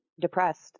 depressed